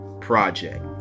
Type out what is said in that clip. project